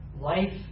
life